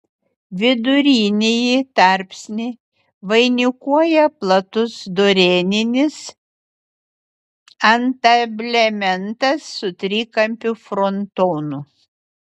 vidurinįjį tarpsnį vainikuoja platus dorėninis antablementas su trikampiu frontonu